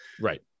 Right